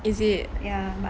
is it